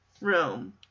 room